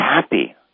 happy